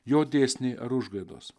jo dėsniai ar užgaidos